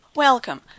Welcome